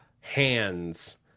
hands